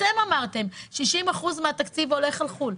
אתם אמרתם ש-60% מהתקציב הולך על חו"ל.